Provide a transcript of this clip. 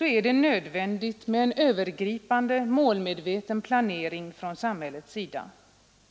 är det nödvändigt med en övergripande, målmedveten planering från samhällets sida.